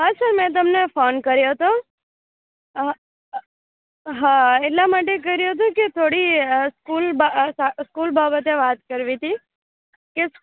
હા સર મેં તમને ફોન કર્યો હતો હં એટલા માટે કર્યો હતો કે થોડી સ્કૂલ થોડી સ્કૂલ બાબતે વાત કરવી હતી કે